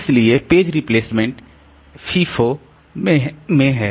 इसलिए page replacement FIFO में है